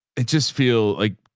it just feel like,